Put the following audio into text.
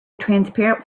transparent